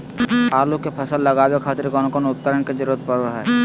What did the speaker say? आलू के फसल लगावे खातिर कौन कौन उपकरण के जरूरत पढ़ो हाय?